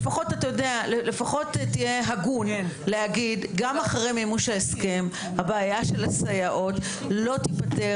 לפחות תהיה הגון להגיד 'גם אחרי מימוש ההסכם הבעיה של הסייעות לא תיפתר,